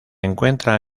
encuentra